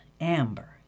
amber